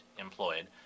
Employed